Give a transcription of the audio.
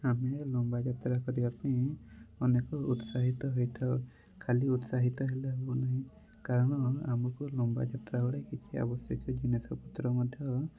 ଆମେ ଲମ୍ବା ଯାତ୍ରା କରିବା ପାଇଁ ଅନେକ ଉତ୍ସାହିତ ହୋଇଥାଉ ଖାଲି ଉତ୍ସାହିତ ହେଲେ ହେବନାହିଁ କାରଣ ଆମକୁ ଲମ୍ବା ଯାତ୍ରା ବେଳେ କିଛି ଆବଶ୍ୟକୀୟ ଜିନିଷ ପତ୍ର ମଧ୍ୟ